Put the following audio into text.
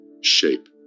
shape